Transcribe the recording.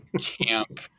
camp